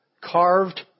carved